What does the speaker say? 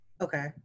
Okay